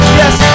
yes